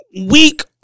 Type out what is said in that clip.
weak